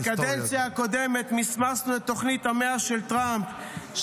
בקדנציה הקודמת מסמסנו את תוכנית המאה של טראמפ.